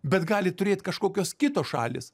bet gali turėt kažkokios kitos šalys